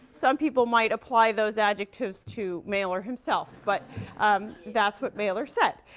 some people might apply those adjectives to mailer himself, but that's what mailer said.